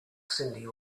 cyndi